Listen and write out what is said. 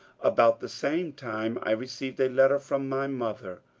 about the same time i received a letter from my mother,